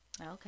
Okay